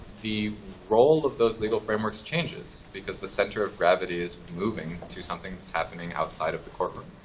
the role of those legal frameworks changes, because the center of gravity is moving to something that's happening outside of the courtroom,